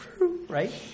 right